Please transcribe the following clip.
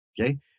Okay